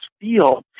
feel